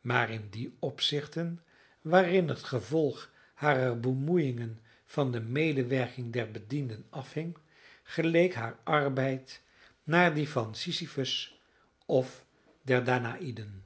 maar in die opzichten waarin het gevolg harer bemoeiïngen van de medewerking der bedienden afhing geleek haar arbeid naar dien van sisyphus of der danaïden